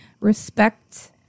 respect